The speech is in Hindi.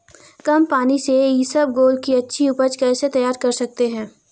कम पानी से इसबगोल की अच्छी ऊपज कैसे तैयार कर सकते हैं?